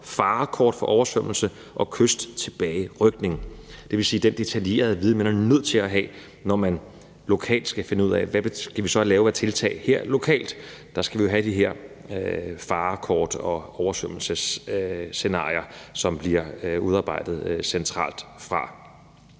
forhold til oversvømmelse og kysttilbagerykning, dvs. den detaljerede viden, man er nødt til at have, når man lokalt skal finde ud af, hvad man skal lave af tiltag lokalt; der skal man have de her farekort og oversvømmelsesscenarier, som bliver udarbejdet fra centralt